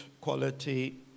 quality